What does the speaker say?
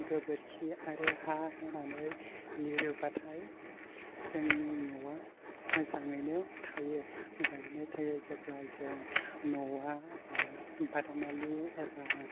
गोबोरखि आरो हा होनानै लिरोबाथाय जोंनि न'आ मोजाङैनो थायो मोजाङैनो थायो जेब्ला जों न'आ बादामालि एबा